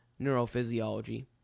neurophysiology